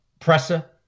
presser